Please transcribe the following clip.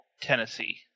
tennessee